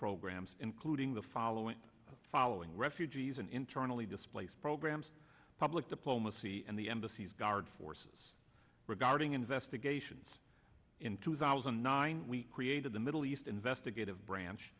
programs including the following following refugees and internally display programs public diplomacy and the embassies guard forces regarding investigations in two thousand and nine we created the middle east investigative branch